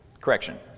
Correction